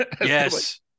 yes